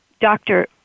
Doctor